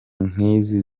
nk’izi